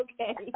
Okay